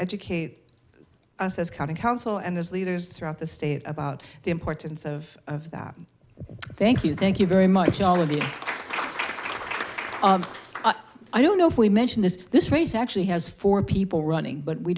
educate us as county council and as leaders throughout the state about the importance of that thank you thank you very much all of you thank you i don't know if we mention this this race actually has four people running but we